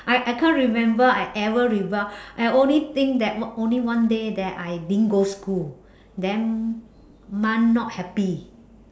I I can't remember I ever rebel I only think that what only one day that I didn't go school then mum not happy